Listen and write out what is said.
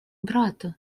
брату